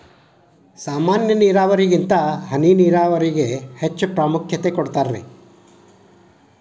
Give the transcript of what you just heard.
ಸಾಮಾನ್ಯ ನೇರಾವರಿಗಿಂತ ಹನಿ ನೇರಾವರಿಗೆ ಹೆಚ್ಚ ಪ್ರಾಮುಖ್ಯತೆ ಕೊಡ್ತಾರಿ